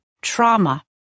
trauma